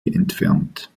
entfernt